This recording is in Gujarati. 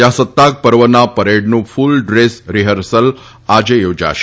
પ્રજાસત્તાક પર્વના પરેડનું ફલ ડ્રેસ રીહર્સલ આજે યોજાશે